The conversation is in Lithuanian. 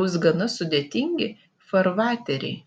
bus gana sudėtingi farvateriai